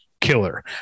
killer